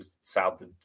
south